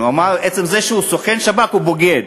הוא אמר: עצם זה שהוא סוכן שב"כ, הוא בוגד.